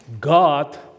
God